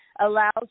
Allows